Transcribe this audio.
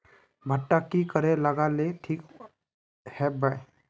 भुट्टा की करे लगा ले ठिक है बय?